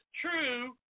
true